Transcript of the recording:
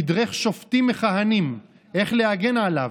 תדרך שופטים מכהנים איך להגן עליו,